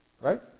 Right